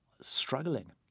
struggling